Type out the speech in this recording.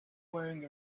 wearing